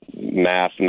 math